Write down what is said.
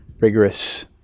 rigorous